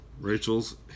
Rachel's